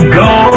go